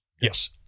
Yes